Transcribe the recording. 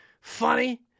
funny